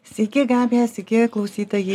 sveiki gabija sveiki klausytojai